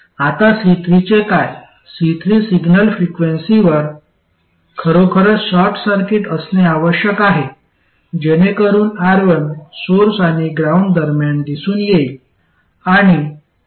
आता C3 चे काय C3 सिग्नल फ्रिक्वेन्सीवर खरोखरच शॉर्ट सर्किट असणे आवश्यक आहे जेणेकरून R1 सोर्स आणि ग्राउंड दरम्यान दिसून येईल